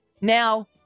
Now